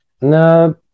No